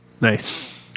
Nice